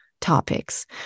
topics